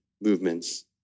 movements